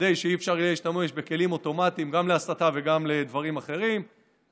כדי שאי-אפשר יהיה להשתמש בכלים אוטומטיים גם להסתה וגם לדברים אחרים.